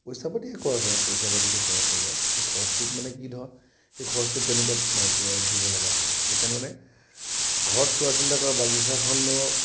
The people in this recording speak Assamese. পইচা পাতি খৰচ হয় পইচা পাতিটো খৰচ হৈ যায় সেই খৰচটোত মানে কি ধৰক সেই খৰচটোত তেনেকে নাইকিয়া হয় দিব লগা হয় সেইকাৰণে মানে ঘৰত চোৱা চিতা কৰা বাগিচাখনৰ